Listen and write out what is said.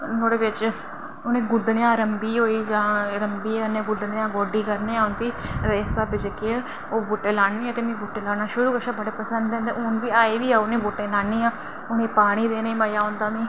नुहाड़े बिच उनेंगी गुड्डने आं रम्भी होई जां रम्भी कन्नै गुड्डने आं गोड्डी करने आं उंदी ते इस स्हाबै दे ओह् बूह्टे लान्ने आं ते बूह्टे लाना शुरू कोला पसंद न ते अजै बी लान्नी आं ते उनेंगी पानी देने गी मज़ा आंदा मिगी